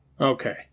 okay